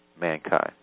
mankind